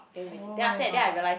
[oh]-my-god